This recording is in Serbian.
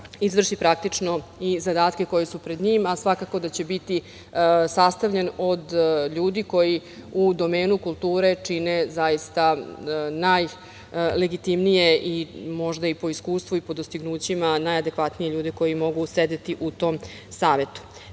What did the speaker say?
izvrši i zadatke koji su pred njim, a svakako da će biti sastavljen od ljudi koji u domenu kulture čine najlegitimnije i možda i po iskustvu i dostignućima najadekvatnije ljude koji mogu sedeti u tom savetu. Takođe